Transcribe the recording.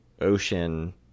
Ocean